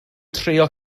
trio